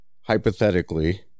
hypothetically